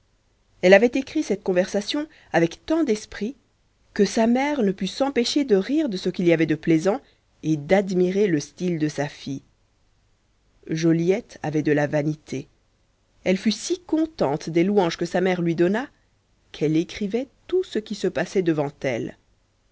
elle avait écrit cette conversation avec tant d'esprit que sa mère ne pût s'empêcher de rire de ce qu'il y avait de plaisant et d'admirer le style de sa fille joliette avait de la vanité elle fut si contente des louanges que sa mère lui donna qu'elle écrivait tout ce qui se passait devant elle